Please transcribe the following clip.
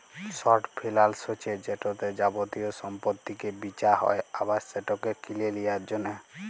short ফিলালস হছে যেটতে যাবতীয় সম্পত্তিকে বিঁচা হ্যয় আবার সেটকে কিলে লিঁয়ার জ্যনহে